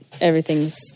everything's